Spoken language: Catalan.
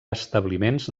establiments